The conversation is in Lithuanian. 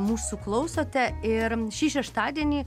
mūsų klausote ir šį šeštadienį